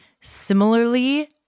similarly